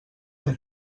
amb